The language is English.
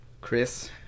Chris